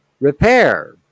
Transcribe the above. Repair